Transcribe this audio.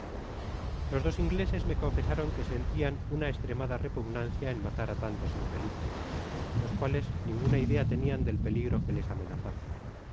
los dos ingleses me confesaron que sentian una estregada repugnancia en matar á tantos infelices ios cuales ninguna idea tenian del peligro que les amenazaba